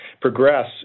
progress